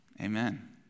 Amen